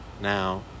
Now